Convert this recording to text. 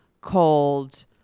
cold